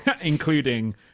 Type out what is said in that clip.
including